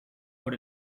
por